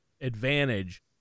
advantage